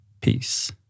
Peace